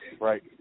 right